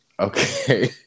Okay